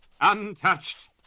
untouched